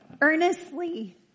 earnestly